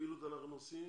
הפעילות שאנחנו עושים